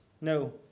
No